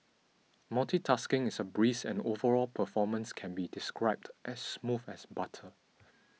multitasking is a breeze and overall performance can be described as smooth as butter